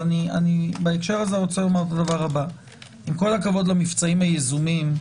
אבל בהקשר הזה, עם כל הכבוד למבצעים היזומים,